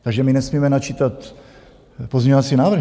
Takže my nesmíme načítat pozměňovací návrhy.